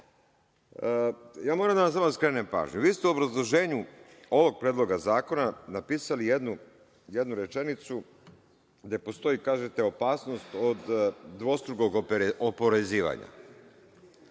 to. Ja moram samo da vam skrenem pažnju, vi ste u obrazloženju ovog Predloga zakona napisali jednu rečenicu gde postoji, kažete, opasnost od dvostrukog oporezivanja.